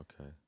Okay